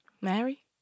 Mary